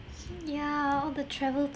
ya the travel